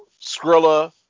Skrilla